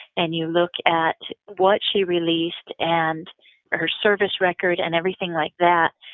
and you look at what she released and her service record and everything like that,